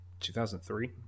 2003